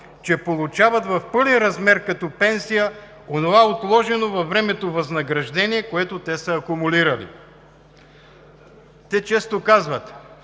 че получават в пълен размер като пенсия онова отложено във времето възнаграждение, което те са акумулирали. Те често казват: